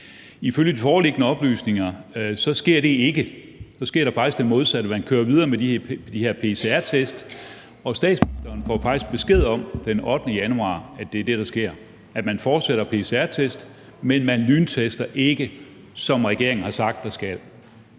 Ifølge de foreliggende oplysninger sker det ikke, og der sker faktisk det modsatte. Man kører videre med de her pcr-test, og statsministeren får faktisk den 8. januar besked om, at det er det, der sker, altså at man fortsætter pcr-testene, men man lyntester ikke, som regeringen har sagt der skal.